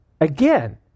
Again